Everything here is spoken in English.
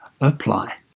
apply